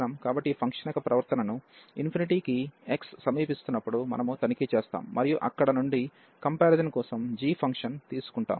కాబట్టి ఈ ఫంక్షన్ యొక్క ప్రవర్తనను కి x సమీపిస్తున్నప్పుడు మనము తనిఖీ చేస్తాము మరియు అక్కడ నుండి కంపారిజన్ కోసం g ఫంక్షన్ తీసుకుంటాము